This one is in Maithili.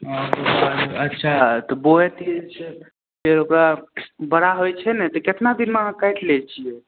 हँ अच्छा तऽ बोएतै ओकरा बड़ा होइ छै ने तऽ केतना दिनमे अहाँ काटि लै छियै